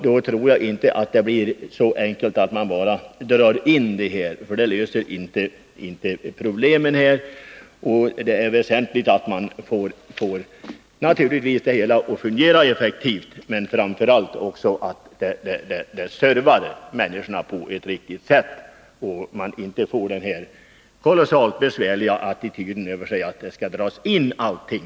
Då tror jag inte att det blir så enkelt som att bara dra in dessa tingsställen. Det löser inte problemen på dessa platser. Det är naturligtvis väsentligt att tingsrätterna fungerar effektivt, men framför allt är det viktigt att de servar människorna på ett riktigt sätt, så att befolkningen inte drabbas av den kolossalt besvärliga attityden att allting skall dras in.